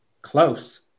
Close